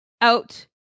out